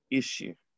issue